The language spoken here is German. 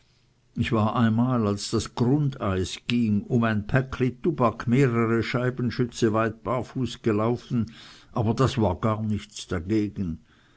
ich war einmal als das grundeis ging um ein päckli tubak mehrere scheibenschütze weit barfuß gelaufen aber das war nichts dagegen